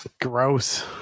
Gross